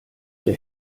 der